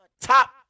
top